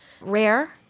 rare